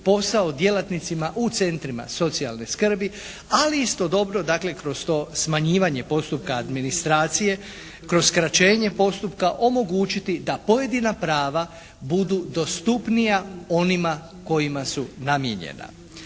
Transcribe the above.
posao djelatnicima u centrima socijalne skrbi, ali istodobno, dakle kroz to smanjivanje postupka administracije kroz skraćenje postupka omogućiti da pojedina prava budu dostupnija onima kojima su namijenjena.